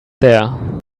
there